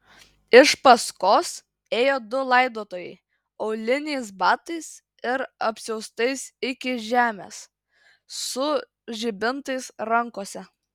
iš paskos ėjo du laidotojai auliniais batais ir apsiaustais iki žemės su žibintais rankose